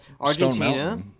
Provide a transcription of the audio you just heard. Argentina